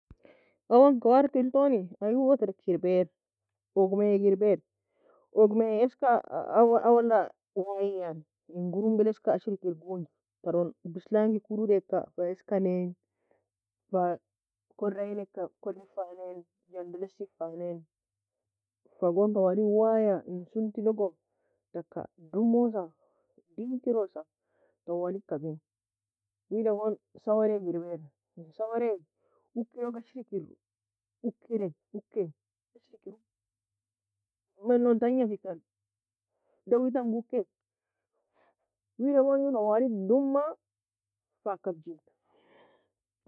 Awa en kawarty eltoni eyie owo terk erbaire, ogmiey ga erbaire. Ogme eska awo awola way yan en gurmbi l a eska ashri ker gonji taron bislangi kodod eka fa eska. Fa kori enika kori fanean jandalesie fa nean. Fa gon twli waya fa en sunti logo taka dumosa deakirusa tawali kabien Wida gon sawere ga eirber. Sawere uoki logi ashiri ker okei. Ashri ker okere okei man non tanga fe kanDaui tang oke. Wida gon twali duma fa kabbgin